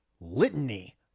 litany